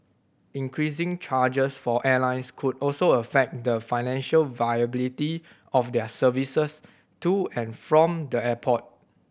increasing charges for airlines could also affect the financial viability of their services to and from the airport